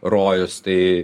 rojus tai